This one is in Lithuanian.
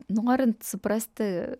norint suprasti